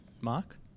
mark